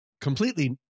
completely